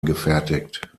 gefertigt